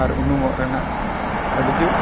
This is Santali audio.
ᱟᱨ ᱩᱱᱩᱢᱚᱜ ᱨᱮᱱᱟᱜ ᱟᱹᱰᱤ ᱡᱳᱨ